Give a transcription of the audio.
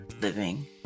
Living